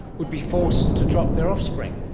would be forced to drop their offspring.